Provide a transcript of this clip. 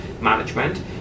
management